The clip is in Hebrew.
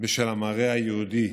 בשל המראה היהודי,